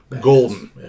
golden